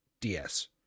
DS